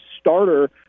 starter